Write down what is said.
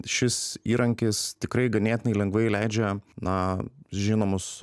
šis įrankis tikrai ganėtinai lengvai leidžia na žinomus